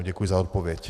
Děkuji za odpověď.